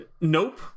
nope